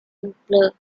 simpler